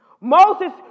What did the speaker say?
Moses